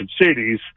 cities